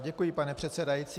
Děkuji, pane předsedající.